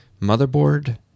motherboard